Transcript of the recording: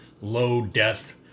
low-death